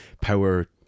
power